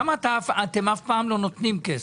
למה אתם אף פעם לא נותנים כסף?